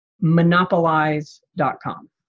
monopolize.com